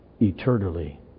eternally